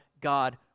God